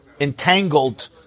Entangled